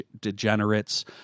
degenerates